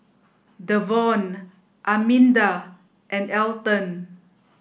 Devaughn Arminda and Elton